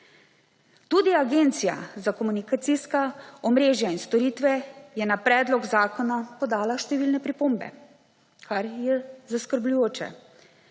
Tudi Agencija za komunikacijska omrežja in storitve je na predlog zakona podala številne pripombe, kar je zaskrbljujoče.